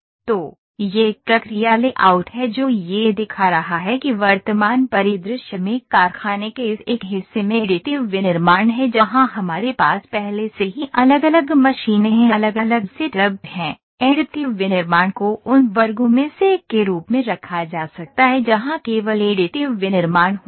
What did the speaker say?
तो यह एक प्रक्रिया लेआउट है जो यह दिखा रहा है कि वर्तमान परिदृश्य में कारखाने के इस एक हिस्से में एडिटिव विनिर्माण है जहां हमारे पास पहले से ही अलग अलग मशीनें हैं अलग अलग सेट अप हैं एडिटिव विनिर्माण को उन वर्गों में से एक के रूप में रखा जा सकता है जहां केवल एडिटिव विनिर्माण होता है